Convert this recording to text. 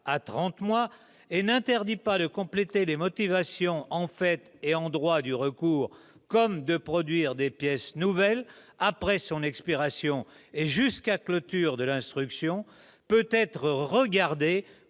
et n'interdit pas de compléter les motivations en fait et en droit du recours, comme de produire des pièces nouvelles, après son expiration et jusqu'à clôture de l'instruction peut être regardé